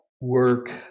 work